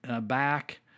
back